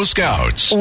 Scouts